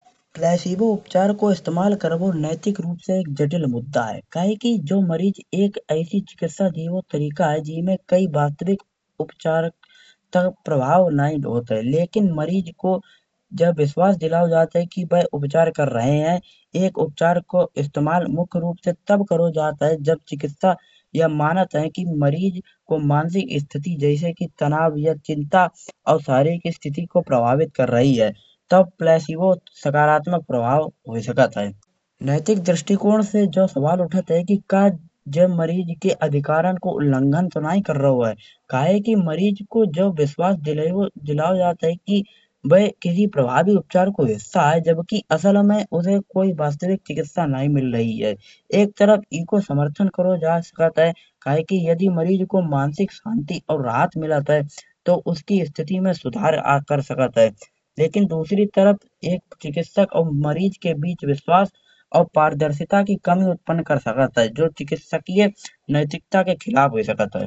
प्लासिबो उपचार को इस्तेमाल करबो नैतिक रूप से एक जटिल मुद्दा है। कये कि जो मरीज एक ऐसी चिकित्सक देओ तरीका है जिमे कई भात्व विक उपचारता का प्रभाव नहीं धौबत आये। लेकिन मरीज को या विश्वास दिलाओ जात है कि वह उपचार कर रहे हैं। एक उपचार को इस्तेमाल मुख्य रूप से तब करौ जात है जब चिकित्सक याह मानत है। कि मरीज को मानसिक स्थिति जैसे कि तनाव या चिंता आवश्यक स्थिति को प्रभावित कर रही है। तब प्लासिबो सकारात्मक प्रभाव होई सकत है नैतिक दृष्टिकोड से यो सवाल उठत है। का जो मरीज के अधिकारन को उल्लेखन तो नइ कर रो है। कयेकि मरीज को यो विश्वास दिलाओ जात है कि वह कही प्रभावी उपचार को हिस्सा है। जबकि असल में उसे कोई वास्तविक चिकित्सा नई मिल रही है। एक तरफ इको समर्थन करौ जा सकत है कये कि यदि मरीज को मानसिक शांति और राहत मिलत है। तो उसकी स्थिति में सुधार आ कर सकत है। लेकिन दूसरी तरफ एक चिकित्सक और मरीज के बीच विश्वास और पारदर्शिता की कमी उत्पन्न कर सकत है। जो चिकित्सक और नैतिकता के खिलाफ होई।